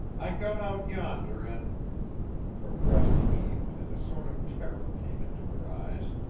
i got out yonder an' her breast heaved and a sort of terror came into her eyes